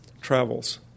travels